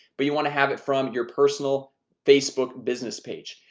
but you want to have it from your personal facebook business page.